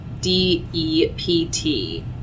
D-E-P-T